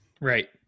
right